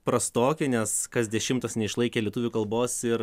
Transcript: prastoki nes kas dešimtas neišlaikė lietuvių kalbos ir